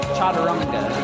Chaturanga